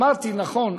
אמרתי: נכון,